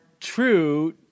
true